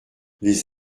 les